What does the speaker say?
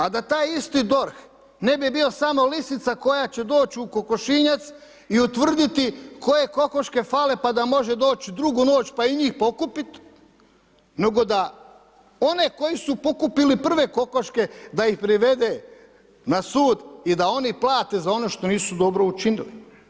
A da taj isti DORH, ne bi bio samo lisica koja će doći u kokošinjac i utvrditi koje kokoške fale pa da može doći drugu noć pa i njih pokupit, nego da one koji su pokupili prve kokoške, da ih privede na sud i da oni plate za ono što nisu dobro učinili.